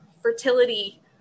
fertility